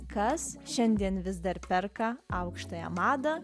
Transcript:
kas šiandien vis dar perka aukštąją madą